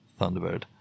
Thunderbird